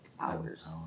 hours